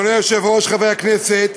אדוני היושב-ראש, חברי הכנסת,